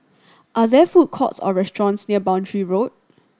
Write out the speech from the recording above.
are there food courts or restaurants near Boundary Road